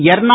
எர்னா